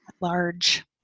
large